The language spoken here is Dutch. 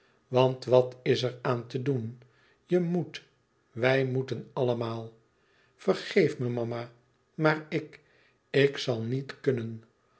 want wat is er aan te doen je moet wij moeten allemaal vergeef me mama maar ik ik zal niet kunnen